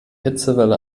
hitzewelle